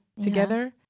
together